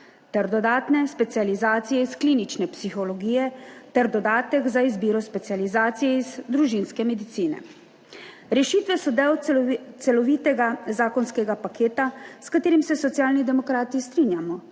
ter dodatne specializacije iz klinične psihologije ter dodatek za izbiro specializacije iz družinske medicine. Rešitve so del celovitega 8. TRAK: (VP) 10.35 (nadaljevanje) zakonskega paketa, s katerim se Socialni demokrati strinjamo,